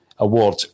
award